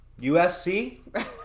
USC